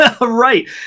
Right